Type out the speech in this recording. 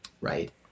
Right